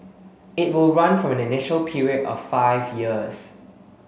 it will run for an initial period of five years